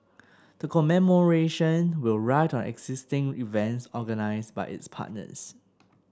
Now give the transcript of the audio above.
the commemoration will ride on existing events organised by its partners